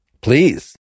Please